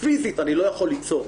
פיזית אני לא יכול ליצור.